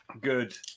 good